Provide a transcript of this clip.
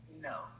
No